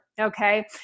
Okay